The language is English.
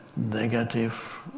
negative